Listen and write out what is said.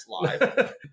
live